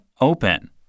open